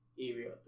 area